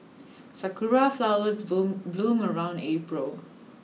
sakura flowers bloom bloom around April